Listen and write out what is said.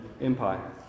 Empire